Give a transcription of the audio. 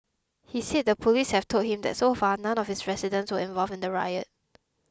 he said the police have told him that so far none of his residents were involved in the riot